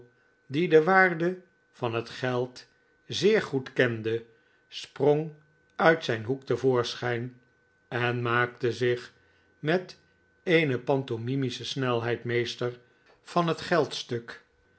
die de waarde van het geld zeer goed kende sprong uit zijn hoek te voorschijn en maakte zich met eene pantomimische snelheid meester van het